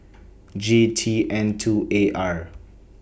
G T N two A R